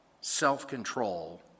self-control